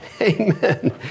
Amen